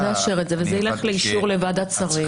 נאשר את זה וזה ילך לאישור לוועדת שרים.